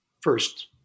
first